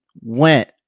went